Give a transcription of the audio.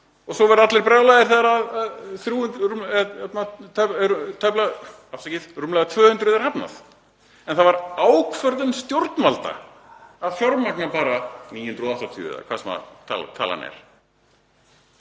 um. Svo verða allir brjálaðir þegar rúmlega 200 er hafnað. En það var ákvörðun stjórnvalda að fjármagna bara 980 eða hver sem talan er.